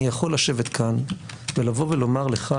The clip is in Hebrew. אני יכול לשבת כאן ולבוא ולומר לך,